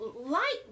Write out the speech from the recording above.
light